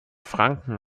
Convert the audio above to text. franken